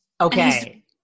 Okay